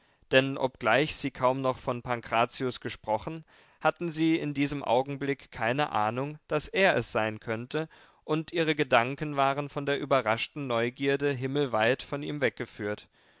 denn obgleich sie kaum noch von pankrazius gesprochen hatten sie in diesem augenblick keine ahnung daß er es sein könnte und ihre gedanken waren von der überraschten neugierde himmelweit von ihm weggeführt